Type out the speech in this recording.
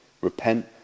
Repent